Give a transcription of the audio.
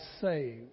saved